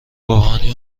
روحانی